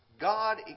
God